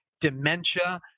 dementia